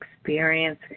experience